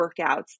workouts